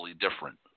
different